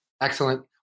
Excellent